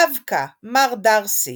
דווקא מר דארסי